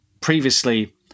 previously